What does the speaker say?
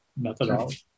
methodology